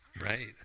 Right